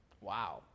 Wow